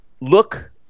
look